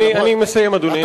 אני מסיים, אדוני.